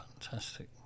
fantastic